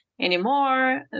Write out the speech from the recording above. anymore